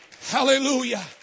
Hallelujah